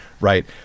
right